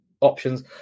options